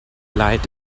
leid